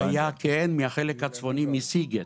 כן, הוא היה מהחלק הצפוני, מסיגט.